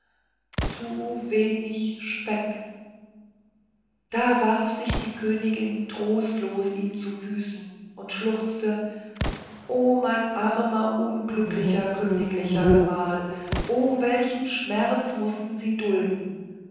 zu wenig speck da warf sich die königin trostlos ihm zu füßen und schluchzte o mein armer unglücklicher königlicher gemahl o welchen schmerz mußten sie dulden